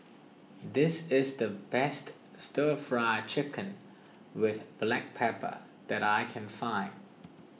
this is the best Stir Fry Chicken with Black Pepper that I can find